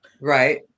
right